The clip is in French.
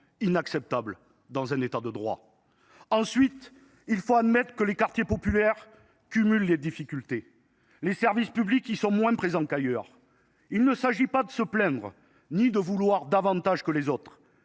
inacceptable dans un État de droit. Ensuite, il faut admettre que les quartiers populaires cumulent les difficultés. Les services publics y sont moins présents qu’ailleurs. Il s’agit non pas de se plaindre ou de vouloir davantage que les autres,